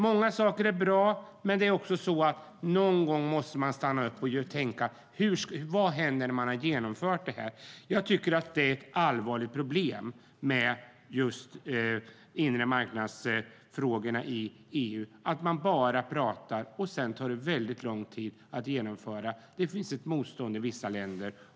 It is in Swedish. Många saker är bra, men någon gång måste man stanna upp och tänka på vad som händer när akten genomförs. Det är ett allvarligt problem att man bara pratar om frågorna om den inre marknaden i EU, och sedan tar de lång tid att genomföra. Det finns ett motstånd i vissa länder.